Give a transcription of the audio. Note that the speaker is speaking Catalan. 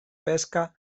pesca